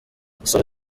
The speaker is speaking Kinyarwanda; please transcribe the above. gusora